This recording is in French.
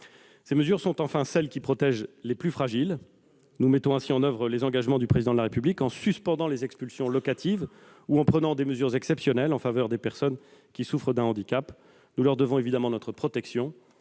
Ces mesures, enfin, ont vocation à protéger les plus fragiles. Nous mettons ainsi en oeuvre les engagements du Président de la République en suspendant les expulsions locatives ou en prenant des dispositions exceptionnelles en faveur des personnes qui souffrent d'un handicap. Nous leur devons évidemment notre protection.